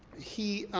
he,